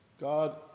God